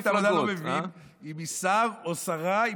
אני במפלגת העבודה לא מבין אם היא שר או שרה,